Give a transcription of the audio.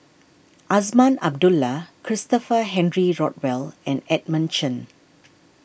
Azman Abdullah Christopher Henry Rothwell and Edmund Chen